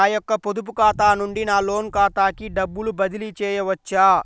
నా యొక్క పొదుపు ఖాతా నుండి నా లోన్ ఖాతాకి డబ్బులు బదిలీ చేయవచ్చా?